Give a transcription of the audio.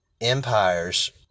empires